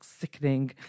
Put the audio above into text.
sickening